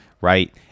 right